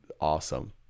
awesome